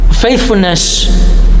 faithfulness